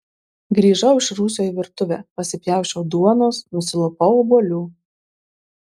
grįžau iš rūsio į virtuvę pasipjausčiau duonos nusilupau obuolių